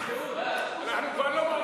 אנחנו כבר לא,